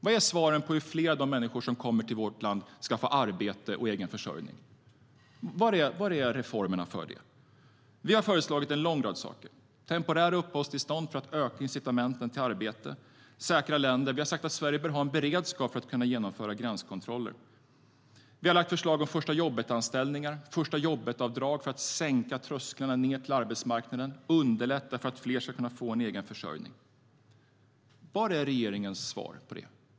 Vad är svaret på hur fler av de människor som kommer till vårt land ska få arbete och egen försörjning? Var är reformerna för det? Vi har föreslagit en lång rad saker, till exempel temporära uppehållstillstånd, för att öka incitamenten till arbete. Säkra länder har vi tagit upp, och vi har sagt att Sverige behöver ha en beredskap för att kunna genomföra gränskontroller. Vi har lagt fram förslag om första-jobbet-anställningar och första-jobbet-avdrag för att sänka trösklarna till arbetsmarknaden och underlätta för att fler ska få en egen försörjning. Vad är regeringens svar?